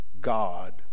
God